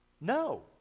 No